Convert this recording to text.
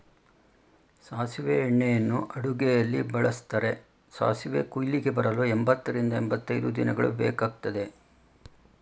ಸಾಸಿವೆ ಎಣ್ಣೆಯನ್ನು ಅಡುಗೆಯಲ್ಲಿ ಬಳ್ಸತ್ತರೆ, ಸಾಸಿವೆ ಕುಯ್ಲಿಗೆ ಬರಲು ಎಂಬತ್ತರಿಂದ ಎಂಬತೈದು ದಿನಗಳು ಬೇಕಗ್ತದೆ